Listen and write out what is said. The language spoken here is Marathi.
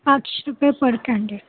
आठशे रुपये पर